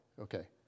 Okay